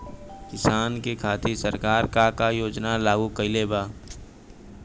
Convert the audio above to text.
किसानन के खातिर सरकार का का योजना लागू कईले बा?